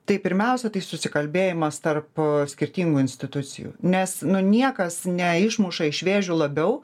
tai pirmiausia tai susikalbėjimas tarp skirtingų institucijų nes nu niekas neišmuša iš vėžių labiau